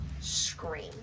Scream